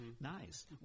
nice